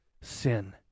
sin